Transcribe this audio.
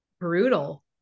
Brutal